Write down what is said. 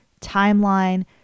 Timeline